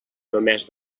només